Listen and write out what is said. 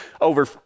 over